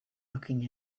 looking